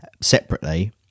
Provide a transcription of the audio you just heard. separately